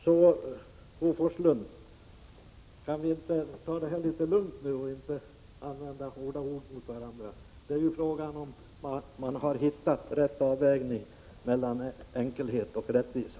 Kan vi inte, Bo Forslund, ta det litet lugnt? Låt oss inte använda så hårda ord mot varandra. Det är fråga om att hitta en riktig avvägning mellan enkelhet och rättvisa.